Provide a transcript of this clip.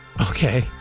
Okay